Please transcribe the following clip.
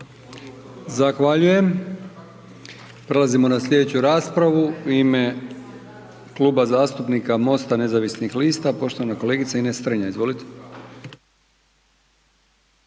Zahvaljujem. Prelazimo na slijedeću raspravu. U ime Kluba zastupnika MOST-a nezavisnih lista, poštovana kolegica Ines Strenja. Izvolite.